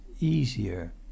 easier